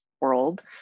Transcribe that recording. world